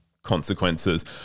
consequences